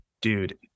Dude